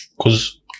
Cause